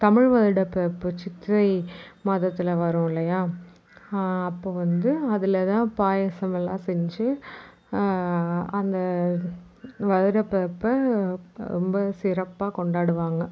தமிழ் வருட பிறப்பு சித்திரை மாதத்தில் வரும் இல்லையா அப்போ வந்து அதில் தான் பாயாசமெல்லாம் செஞ்சு அந்த வருட பிறப்பை ரொம்ப சிறப்பாக கொண்டாடுவாங்க